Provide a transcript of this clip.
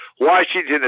Washington